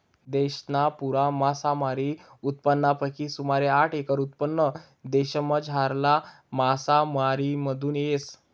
देशना पुरा मासामारी उत्पादनपैकी सुमारे साठ एकर उत्पादन देशमझारला मासामारीमाथून येस